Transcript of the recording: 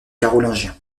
carolingiens